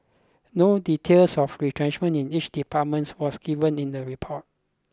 no details of retrenchment in each department was given in the report